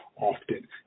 often